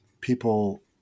people